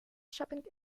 shopping